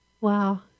Wow